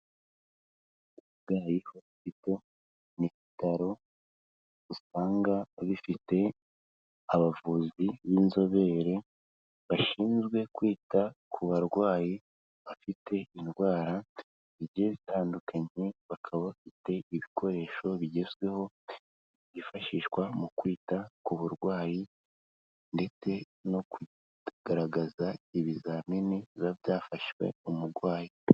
Kabgayi hospital, ni ibitaro usanga bifite abavuzi b'inzobere, bashinzwe kwita ku barwayi bafite indwara, bijyiye bitandukanye, bakaba bafite ibikoresho bigezweho byifashishwa mu kwita ku burwayi ndetse no kugaragaza ibizamini biba byafashwe umurwayi.